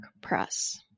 Press